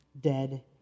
dead